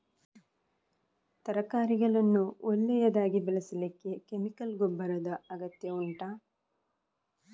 ತರಕಾರಿಗಳನ್ನು ಒಳ್ಳೆಯದಾಗಿ ಬೆಳೆಸಲಿಕ್ಕೆ ಕೆಮಿಕಲ್ ಗೊಬ್ಬರದ ಅಗತ್ಯ ಉಂಟಾ